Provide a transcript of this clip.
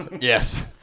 Yes